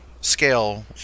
scale